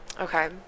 Okay